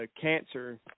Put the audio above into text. cancer